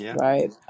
right